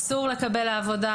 אסור לקבל לעבודה,